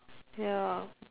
ya